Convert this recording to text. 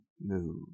move